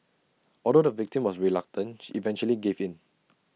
although the victim was reluctant she eventually gave in